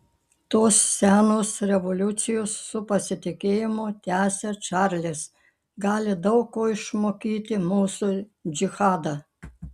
tos senos revoliucijos su pasitikėjimu tęsia čarlis gali daug ko išmokyti mūsų džihadą